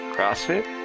CrossFit